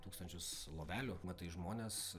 tūkstančius lovelių matai žmones